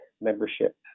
membership